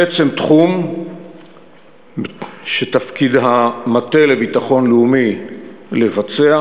בעצם תחום שתפקיד המטה לביטחון לאומי לבצע,